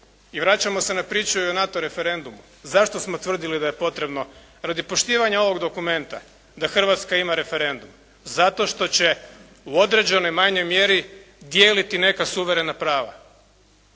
I vraćamo se na priču i o NATO referendumu. Zašto smo tvrdili da je potrebno, radi poštivanja ovog dokumenta da Hrvatska ima referendum? Zato što će u određenoj manjoj mjeri dijeliti neka suverena prava.